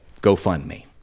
GoFundMe